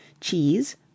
cheese